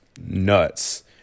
nuts